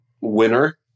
winner